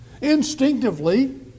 Instinctively